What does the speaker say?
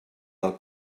del